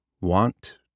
want